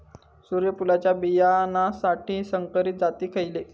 सूर्यफुलाच्या बियानासाठी संकरित जाती खयले?